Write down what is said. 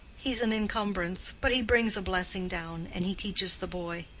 he's an incumbrance but he brings a blessing down, and he teaches the boy.